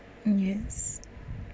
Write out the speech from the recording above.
yes